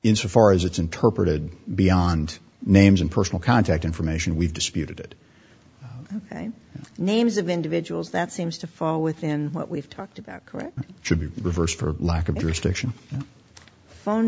insofar as it's interpreted beyond names and personal contact information we've disputed names of individuals that seems to fall within what we've talked about correct should be reversed for lack of jurisdiction phone